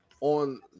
on